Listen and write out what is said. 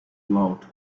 loved